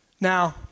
Now